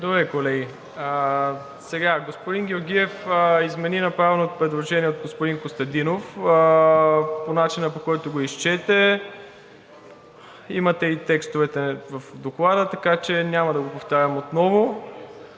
Георгиев.) Господин Георгиев измени направеното предложение от господин Костадинов по начина, по който го изчете, имате и текстовете в Доклада. Така че няма да повтарям отново.